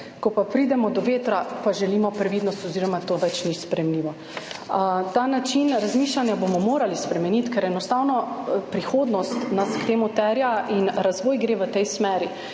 ko pa pridemo do vetra, pa želimo previdnost oziroma to več ni sprejemljivo? Ta način razmišljanja bomo morali spremeniti, ker enostavno prihodnost od nas to terja in razvoj gre v tej smeri.